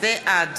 בעד